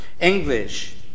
English